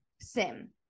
sim